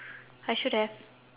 I should have